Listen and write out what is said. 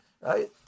Right